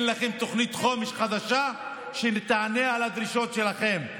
לכם תוכנית חומש חדשה שתענה על הדרישות שלכם.